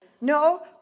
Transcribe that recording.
No